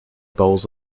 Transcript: bowls